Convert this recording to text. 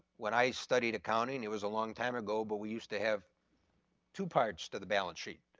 when i studied accounting, it was a long time ago but we used to have two parts to the balance sheet.